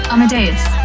Amadeus